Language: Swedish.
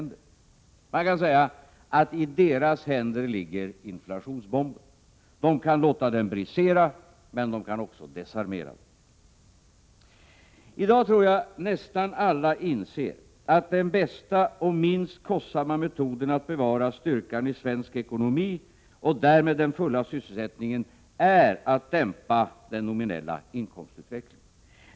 Man kan säga att inflationsbomben ligger i deras händer. De kan låta den brisera, men de kan också desarmera den. I dag tror jag nästan alla inser att den bästa och minst kostsamma metoden att bevara styrkan i svensk ekonomi och därmed den fulla sysselsättningen är att dämpa den nominella inkomstutvecklingen.